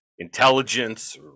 Intelligence